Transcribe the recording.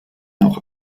auch